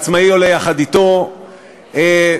אני אסביר את המצב: